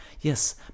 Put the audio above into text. Yes